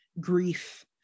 grief